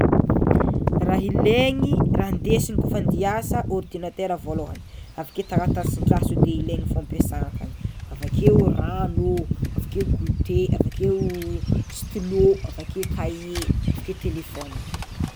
Raha ilegny raha indesina kôfa ande hiasa: ordinatera voalohany, avakeo taratasin-draha sode ilaigny fô ampiasana akagny, avakeo rano, avakeo gote, avakeo stylo, avakeo kahie, avakeo telefôna.